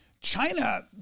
China